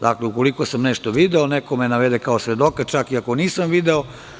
Dakle, ukoliko sam nešto video, neko me navede kao svedoka, čak i ako nisam video.